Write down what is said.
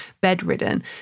bedridden